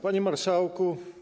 Panie Marszałku!